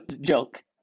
joke